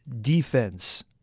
defense